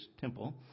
temple